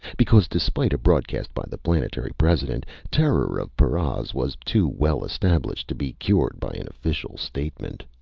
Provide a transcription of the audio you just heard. because despite a broadcast by the planetary president, terror of paras was too well-established to be cured by an official statement.